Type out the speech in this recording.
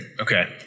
Okay